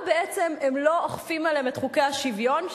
בעצם הם לא אוכפים עליהם את חוקי השוויון,